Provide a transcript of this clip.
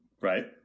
Right